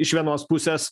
iš vienos pusės